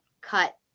cut